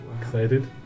excited